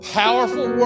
powerful